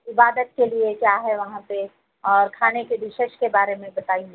عبادت کے لیے کیا ہے وہاں پہ اور کھانے کی ڈشیز کے بارے میں بتائیے